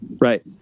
right